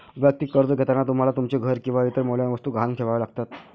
वैयक्तिक कर्ज घेताना तुम्हाला तुमचे घर किंवा इतर मौल्यवान वस्तू गहाण ठेवाव्या लागतात